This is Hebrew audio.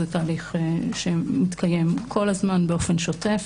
זה תהליך שמתקיים כל הזמן באופן שוטף.